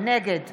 נגד